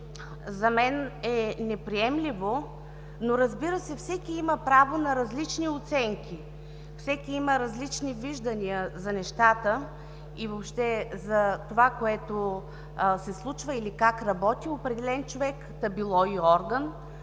за мен е неприемливо, но, разбира се, всеки има право на различни оценки, всеки има различни виждания за нещата и въобще за това, което се случва, или как работи определен човек, та било и орган,